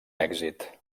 èxit